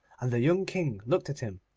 and the young king looked at him.